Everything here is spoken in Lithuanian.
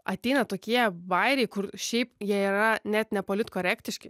ateina tokie bajeriai kur šiaip jie yra net nepolitkorektiški